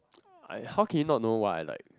I how can you not know what I like